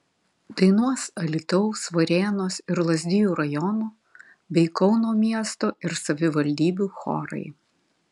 dainuos alytaus varėnos ir lazdijų rajonų bei kauno miesto ir savivaldybių chorai